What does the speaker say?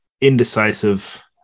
indecisive